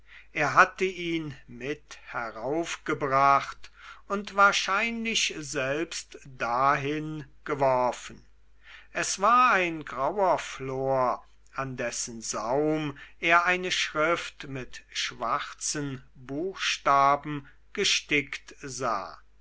er hatte ihn mit heraufgebracht und wahrscheinlich selbst dahin geworfen es war ein grauer flor an dessen saum er eine schrift mit schwarzen buchstaben gestickt sah